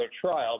trial